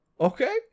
okay